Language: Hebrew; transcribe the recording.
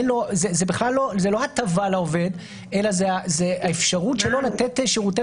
זאת לא הטבה לעובד אלא זאת האפשרות שלו לתת שירותי